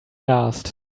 last